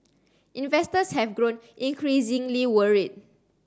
investors have grown increasingly worried